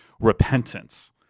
repentance